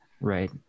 right